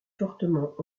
fortement